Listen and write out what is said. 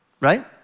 right